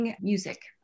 music